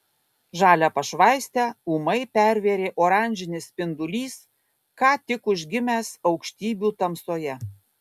žalią pašvaistę ūmai pervėrė oranžinis spindulys ką tik užgimęs aukštybių tamsoje